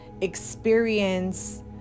experience